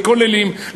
לכוללים,